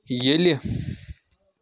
ییٚلہِ